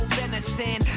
venison